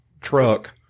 truck